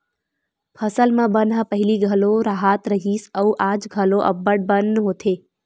फसल म बन ह पहिली घलो राहत रिहिस अउ आज घलो अब्बड़ बन होथे